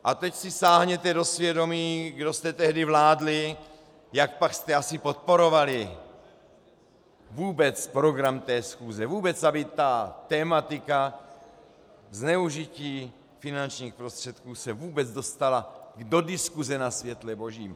A teď si sáhněte do svědomí, kdo jste tehdy vládli, jakpak jste asi podporovali vůbec program té schůze, aby ta tematika zneužití finančních prostředků se vůbec dostala do diskuse na světle božím.